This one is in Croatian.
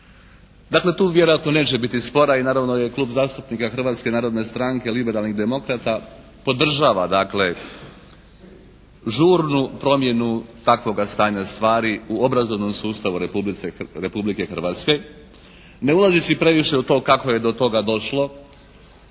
Dakle tu vjerojatno neće biti spora i naravno da je klub zastupnika Hrvatske narodne stranke i liberalnih demokrata podržava dakle žurnu promjenu takvoga stanja stvari u obrazovnom sustavu Republike Hrvatske ne ulazeći previše u to kako je do toga došlo.